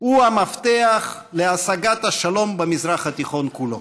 הוא המפתח להשגת השלום במזרח התיכון כולו.